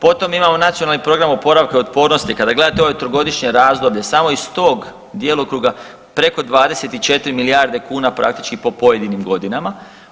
Potom imamo Nacionalni program oporavka i otpornosti kada gledate ovo trogodišnje razdoblje samo iz tog djelokruga preko 24 milijarde kuna praktički po pojedinim godinama.